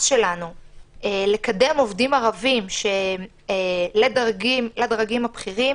שלנו לקדם עובדים ערבים לדרגים הבכירים: